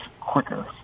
quicker